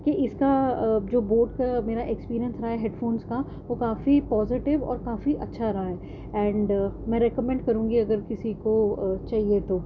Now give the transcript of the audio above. کہ اس کا جو بوٹ کا میرا ایکسپیرئنس رہا ہے ہیڈ فونس کا وہ کافی پوزیٹو اور کافی اچھا رہا ہے اینڈ میں ریکیمنڈ کروں گی اگر کسی کو چاہیے تو